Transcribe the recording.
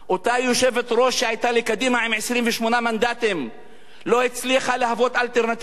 אותה יושבת-ראש שהיתה לקדימה עם 28 מנדטים לא הצליחה להוות אלטרנטיבה.